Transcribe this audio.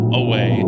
away